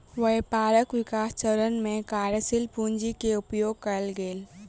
व्यापारक विकास चरण में कार्यशील पूंजी के उपयोग कएल गेल